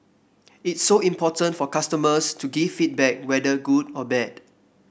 it's so important for customers to give feedback whether good or bad